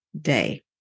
day